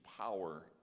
power